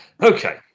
Okay